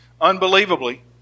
Unbelievably